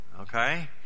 Okay